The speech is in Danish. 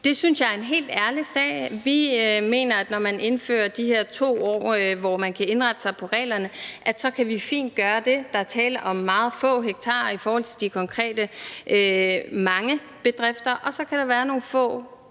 Det synes jeg er en helt ærlig sag. Vi mener, at når man indfører de her 2 år, hvor man kan indrette sig på reglerne, kan vi fint gøre det. Der er tale om meget få hektarer i forhold til de konkrete mange bedrifter, og så kan der være nogle få, hvor